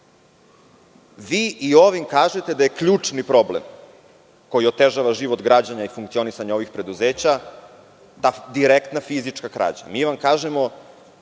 Vi i ovim kažete da je ključni problem koji otežava život građana i funkcionisanje ovih preduzeća ta direktna fizička krađa. Mi vam kažemo